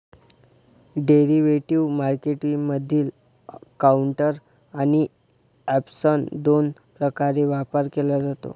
derivative मार्केटमधील counter आणि option दोन प्रकारे व्यापार केला जातो